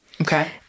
Okay